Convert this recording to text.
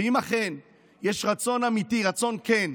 ואם אכן יש רצון אמיתי, רצון כן,